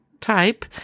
type